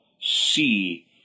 see